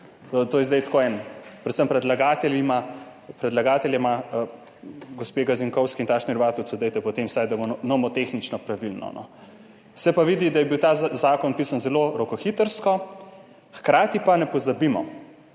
To je zdaj tako en [predlog] predvsem predlagateljema, gospe Gazinkovski in Tašnerju Vatovcu, naredite potem vsaj nomotehnično pravilno. Se pa vidi, da je bil ta zakon pisan zelo rokohitrsko, hkrati pa ne pozabimo,